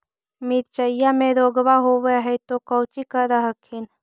मिर्चया मे रोग्बा होब है तो कौची कर हखिन?